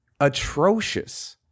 atrocious